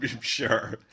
sure